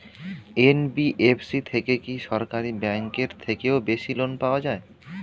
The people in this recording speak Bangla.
এন.বি.এফ.সি থেকে কি সরকারি ব্যাংক এর থেকেও বেশি লোন পাওয়া যায়?